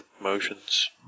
motions